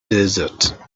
desert